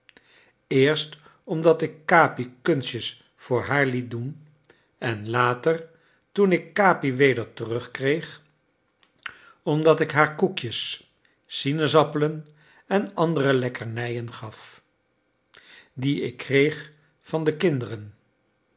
eerst omdat ik capi kunstjes voor haar liet doen en later toen ik capi weder terugkreeg omdat ik haar koekjes sinaasappelen en andere lekkernijen gaf die ik kreeg van de kinderen